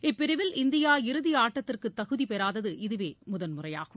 இப்பிரிவில் India இறுதிஆட்டத்திற்குதகுதிபெறாதது இதுவேமுதன்முறையாகும்